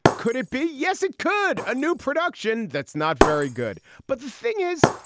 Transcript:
could it be? yes, it could. a new production. that's not very good. but the thing is,